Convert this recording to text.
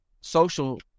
social